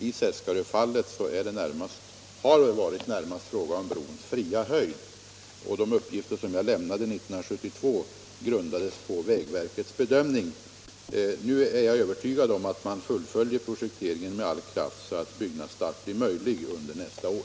I Seskaröfallet har det närmast varit fråga om brons fria höjd, och de uppgifter jag lämnade 1972 grundades på vägverkets bedömning. Jag är övertygad om att man fullföljer projekteringen med all kraft så att byggnadsstart blir möjlig under nästa år.